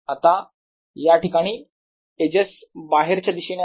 आता या ठिकाणी एजेस बाहेरच्या दिशेने आहेत